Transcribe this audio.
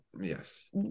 yes